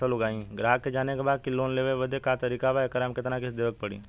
ग्राहक के जाने के बा की की लोन लेवे क का तरीका बा एकरा में कितना किस्त देवे के बा?